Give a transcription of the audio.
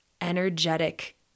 energetic